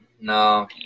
No